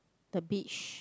the beach